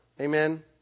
Amen